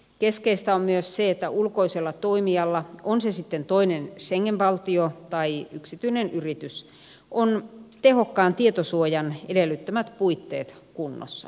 keskeistä on myös se että ulkoisella toimijalla on se sitten toinen schengen valtio tai yksityinen yritys on tehokkaan tietosuojan edellyttämät puitteet kunnossa